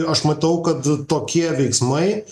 aš matau kad tokie veiksmai